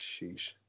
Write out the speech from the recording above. Sheesh